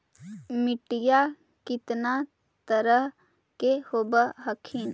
मिट्टीया कितना तरह के होब हखिन?